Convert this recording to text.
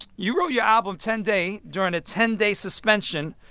you wrote your album ten day during a ten day suspension.